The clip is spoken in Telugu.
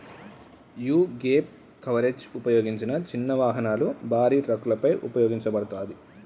యీ గ్యేప్ కవరేజ్ ఉపయోగించిన చిన్న వాహనాలు, భారీ ట్రక్కులపై ఉపయోగించబడతాది